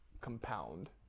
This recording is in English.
compound